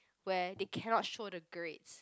where they cannot show the grades